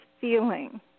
feeling